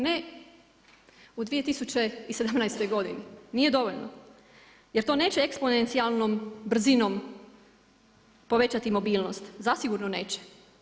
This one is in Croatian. Ne u 2017. godini, nije dovoljno jer to neće eksponencijalnom brzinom povećati mobilnost, zasigurno neće.